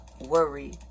worry